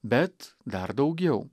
bet dar daugiau